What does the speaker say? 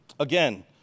Again